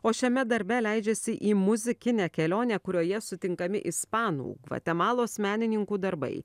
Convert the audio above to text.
o šiame darbe leidžiasi į muzikinę kelionę kurioje sutinkami ispanų gvatemalos menininkų darbai